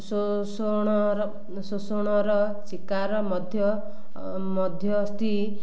ଶୋଷଣର ଶୋଷଣର ଶୀକାର ମଧ୍ୟ ମଧ୍ୟସ୍ଥି